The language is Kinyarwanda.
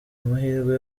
amahirwe